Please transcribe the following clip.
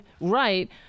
right